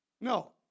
no